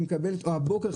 או בבוקר,